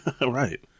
Right